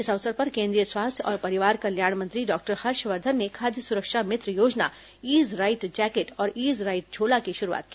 इस अवसर पर केंद्रीय स्वास्थ्य और परिवार कल्याण मंत्री डॉक्टर हर्षवर्धन ने खाद्य सुरक्षा मित्र योजना ईट राइट जैकेट और ईट राइट झोला की शुरुआत की